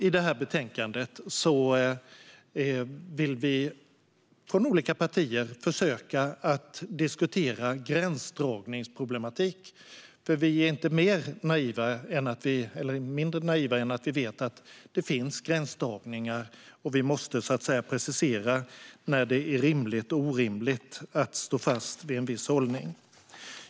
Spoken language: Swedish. I betänkandet försöker vi olika partier ändå att diskutera gränsdragningsproblematiken, för vi är inte så naiva att vi inte vet att det finns gränsdragningar och att vi måste specificera när det är rimligt och orimligt att stå fast vid en viss hållning.